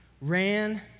ran